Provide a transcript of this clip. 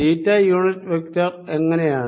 തീറ്റ unit vector എങ്ങിനെയാണ്